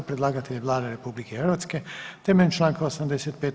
Predlagatelj je Vlada RH temeljem Članka 85.